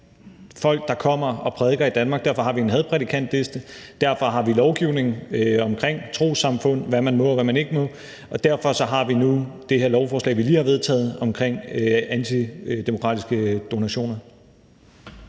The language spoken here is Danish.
folk, der kommer og prædiker i Danmark. Derfor har vi en hadprædikantliste, derfor har vi lovgivning omkring trossamfund, i forhold til hvad man må, og hvad man ikke må, og derfor har vi nu det her lovforslag, vi lige har vedtaget, om antidemokratiske donationer.